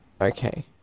Okay